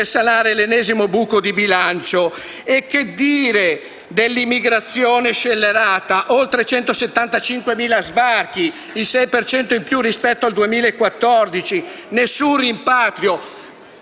sanare l'ennesimo buco di bilancio? E che dire dell'immigrazione scellerata? Oltre 175.000 sbarchi, il 6 per cento in più rispetto al 2014; nessun rimpatrio.